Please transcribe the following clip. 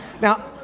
Now